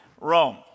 Rome